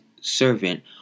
servant